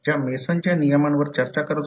तर म्हणून ∅1 ∅11 ∅12 total flux आहे